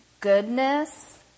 goodness